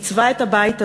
עיצבה את הבית הזה,